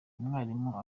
umwarimu